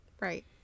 Right